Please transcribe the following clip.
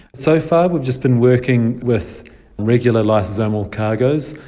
so far we've just been working with regular lysosomal cargoes,